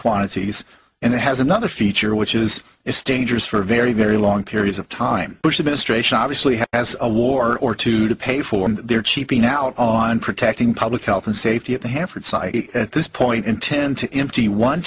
quantities and it has another feature which is it's dangerous for very very long periods of time bush administration obviously has a war or two to pay for their cheaping out on protecting public health and safety at the hanford site at this point intend to empty one